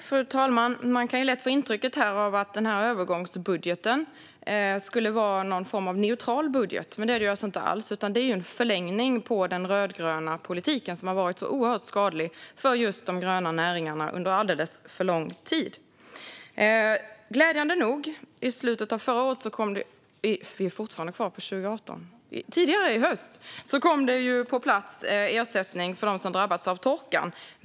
Fru talman! Man kan lätt få intrycket att övergångsbudgeten är någon form av neutral budget. Men det är den alltså inte alls, utan den är en förlängning på den rödgröna politik som har varit så oerhört skadlig för just de gröna näringarna under alldeles för lång tid. Glädjande nog kom tidigare i höst ersättning på plats för dem som har drabbats av torkan.